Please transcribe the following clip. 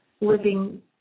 living